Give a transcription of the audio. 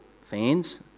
fans